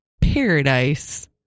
paradise